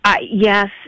Yes